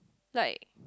like